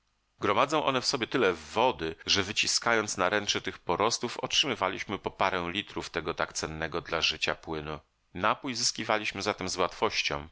gromadzą one w sobie tyle wody że wyciskając naręcze tych porostów otrzymywaliśmy po parę litrów tego tak cennego dla życia płynu napój zyskiwaliśmy zatem z łatwością